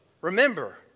remember